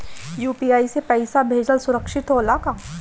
UPI से पैसा भेजल सुरक्षित होला का?